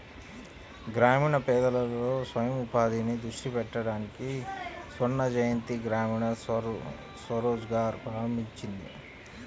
గ్రామీణ పేదలలో స్వయం ఉపాధిని దృష్టి పెట్టడానికి స్వర్ణజయంతి గ్రామీణ స్వరోజ్గార్ ప్రారంభించింది